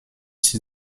six